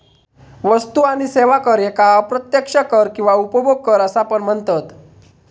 वस्तू आणि सेवा कर ह्येका अप्रत्यक्ष कर किंवा उपभोग कर असा पण म्हनतत